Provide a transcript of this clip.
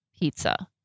pizza